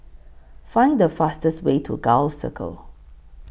Find The fastest Way to Gul Circle